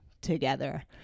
together